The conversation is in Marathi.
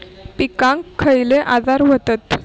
पिकांक खयले आजार व्हतत?